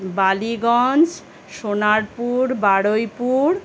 Ballygunge Sonarpur Baruipur